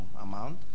amount